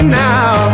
now